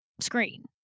screen